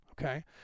okay